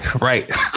Right